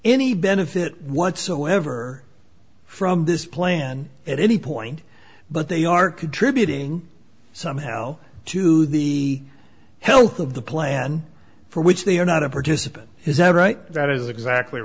any benefit whatsoever from this plan at any point but they are contributing somehow to the health of the plan for which they are not a participant is that right